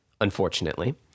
unfortunately